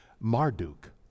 Marduk